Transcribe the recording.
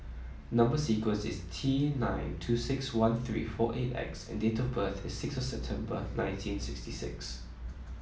number sequence is T nine two six one three four eight X and date of birth is sixth September nineteen sixty six